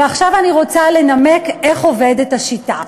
ועכשיו אני רוצה לנמק איך עובדת השיטה.